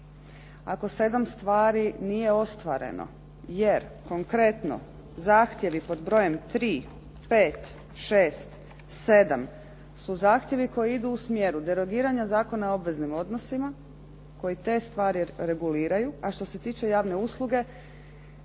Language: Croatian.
ako 7 stvari nije ostvareno jer konkretno zahtjevi pod brojem 3, 5, 6, 7 su zahtjevi koji idu u smjeru derogiranja Zakona o obveznim odnosima koji te stvari reguliraju, a što se tiče javne usluge,